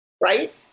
Right